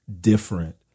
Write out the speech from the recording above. different